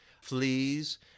fleas